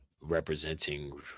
representing